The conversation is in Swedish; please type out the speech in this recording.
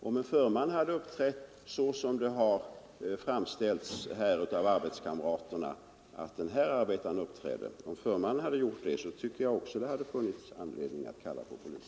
Om en förman hade uppträtt på det sätt som arbetskamraterna sagt att den här arbetaren uppträdde på, hade det även i sådant fall funnits anledning att kalla på polis.